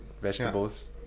vegetables